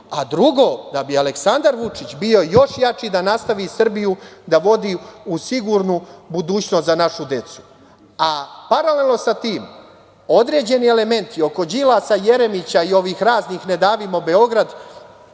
a drugo da bi Aleksandar Vučić bio još jači da nastavi da vodi Srbiju u sigurnu budućnost za našu decu, a paralelno sa tim određeni elementi oko Đilasa, Jeremića i ovih raznih „ Ne davimo Beograd“,